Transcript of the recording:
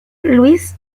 luis